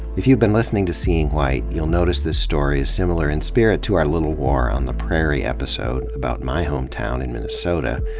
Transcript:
if you've been listening to seeing white, you'll notice this story is similar in spirit to our little war on the prairie episode, about my home town in minnesota.